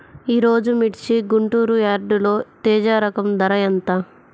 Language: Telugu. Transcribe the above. ఈరోజు మిర్చి గుంటూరు యార్డులో తేజ రకం ధర ఎంత?